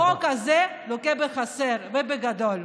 החוק הזה לוקה בחסר, ובגדול.